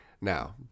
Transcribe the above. Now